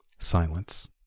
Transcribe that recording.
Silence